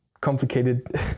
complicated